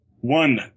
one